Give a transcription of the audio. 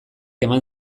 eman